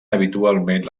habitualment